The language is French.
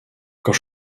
quand